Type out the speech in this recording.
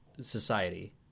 society